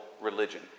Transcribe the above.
religion